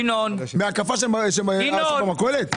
מהקניות בהקפה במכולת?